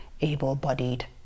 able-bodied